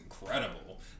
incredible